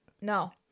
no